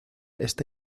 está